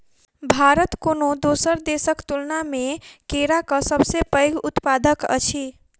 भारत कोनो दोसर देसक तुलना मे केराक सबसे पैघ उत्पादक अछि